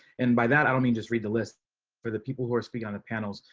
and by that i don't mean just read the list for the people who are speak on panels.